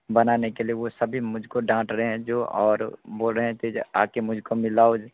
बनाने के लिए वो सभी मुझको डांट रहे हैं जो और बोल रहे थे आ कर मुझको मिलाओ